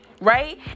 right